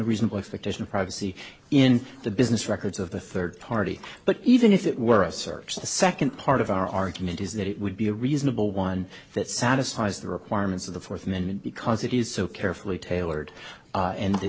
reasonable expectation of privacy in the business records of the third party but even if it were a search the second part of our argument is that it would be a reasonable one that satisfies the requirements of the fourth amendment because it is so carefully tailored